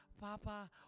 Papa